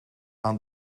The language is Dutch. aan